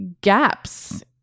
gaps